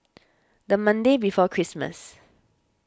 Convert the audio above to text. the Monday before Christmas